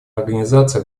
организации